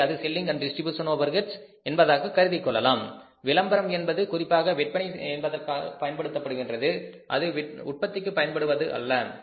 எனவே அது selling and distribution overhead Selling Distribution Overheads என்பதாக கருதிக் கொள்ளப்படும் விளம்பரம் என்பது குறிப்பாக விற்பனை என்பதற்கு பயன்படுகின்றது அது உற்பத்திக்கு பயன்படுவது அல்ல